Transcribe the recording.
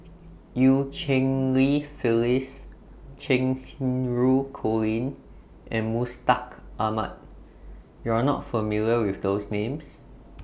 EU Cheng Li Phyllis Cheng Xinru Colin and Mustaq Ahmad YOU Are not familiar with those Names